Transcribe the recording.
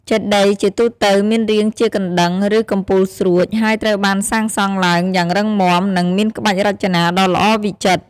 ចេតិយជាទូទៅមានរាងជាកណ្តឹង ឬកំពូលស្រួច ហើយត្រូវបានសាងសង់ឡើងយ៉ាងរឹងមាំ និងមានក្បាច់រចនាដ៏ល្អវិចិត្រ។